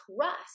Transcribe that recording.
trust